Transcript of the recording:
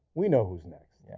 we know who is next.